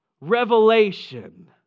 revelation